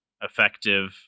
effective